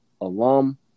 alum